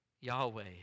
Yahweh